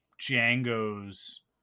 Django's